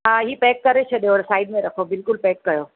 हा हीउ पैक करे छॾियो साईड मे रखो बिल्कुलु पैक कयो